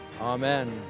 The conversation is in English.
Amen